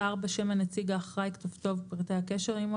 שם הנציג האחראי, כתובתו ופרטי הקשר עמו.